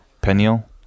Peniel